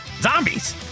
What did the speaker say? Zombies